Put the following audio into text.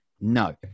No